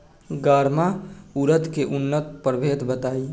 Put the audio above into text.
गर्मा उरद के उन्नत प्रभेद बताई?